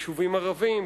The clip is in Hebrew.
ביישובים ערביים,